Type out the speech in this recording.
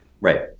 Right